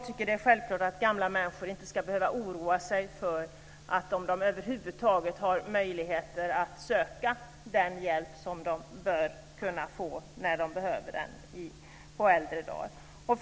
Och det är självklart att gamla människor inte ska behöva oroa sig för om de över huvud taget har möjligheter att söka den hjälp som de bör kunna få när de behöver den på äldre dagar.